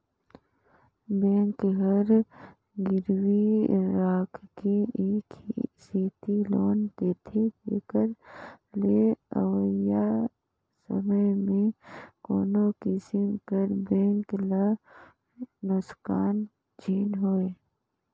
bank हर गिरवी राखके ए सेती लोन देथे जेकर ले अवइया समे में कोनो किसिम कर बेंक ल नोसकान झिन होए